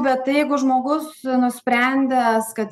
bet jeigu žmogus nusprendęs kad